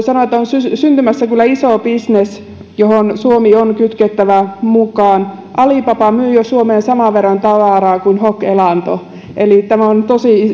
sanoa että on syntymässä kyllä iso bisnes johon suomi on kytkettävä mukaan alibaba myy jo suomeen saman verran tavaraa kuin hok elanto eli tässä on tosi